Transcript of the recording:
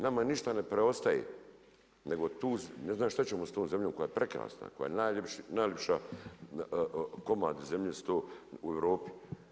Nama ništa ne preostaje nego tu, ne znam šta ćemo sa tom zemljom koja je prekrasna, koja je najljepša, komad zemlje … u Europi.